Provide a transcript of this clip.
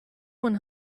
one